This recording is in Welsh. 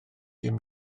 dim